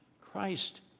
Christ